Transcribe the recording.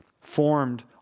formed